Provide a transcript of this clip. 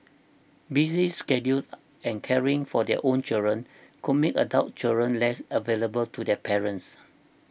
busy schedules and caring for their own children could make adult children less available to their parents